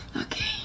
Okay